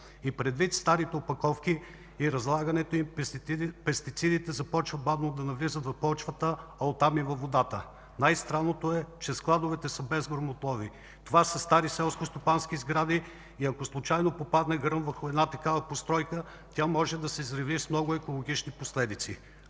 Предвид старите опаковки и разлагането им, пестицидите започват бавно да навлизат в почвата, а от там и във водата. Най-странното е, че складовете са без гръмоотводи – това са стари селскостопански сгради, и ако случайно попадне гръм върху такава постройка, тя може да се взриви с много екологични последици.